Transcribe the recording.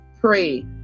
pray